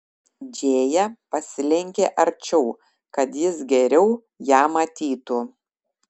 džėja pasilenkė arčiau kad jis geriau ją matytų